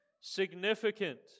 significant